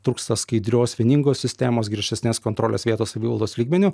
trūksta skaidrios vieningos sistemos griežtesnės kontrolės vietos savivaldos lygmeniu